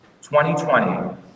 2020